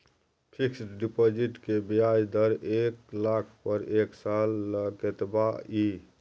Fixed deposit के ब्याज दर एक लाख पर एक साल ल कतबा इ?